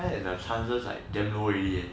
and then the chances like damn low already eh